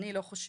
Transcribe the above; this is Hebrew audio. אני לא חושבת.